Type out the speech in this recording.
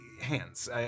hands